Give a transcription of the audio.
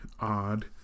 odd